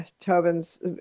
Tobin's